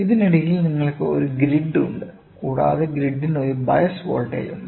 ഇതിനിടയിൽ നിങ്ങൾക്ക് ഒരു ഗ്രിഡ് ഉണ്ട് കൂടാതെ ഗ്രിഡിന് ഒരു ബയസ് വോൾട്ടേജുണ്ട്